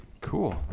cool